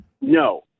no